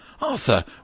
Arthur